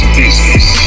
business